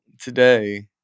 today